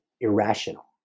irrational